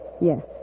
Yes